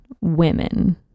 women